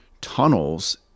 tunnels